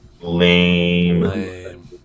Lame